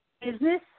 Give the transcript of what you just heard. business